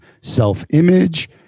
self-image